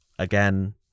again